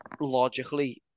logically